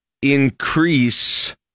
Increase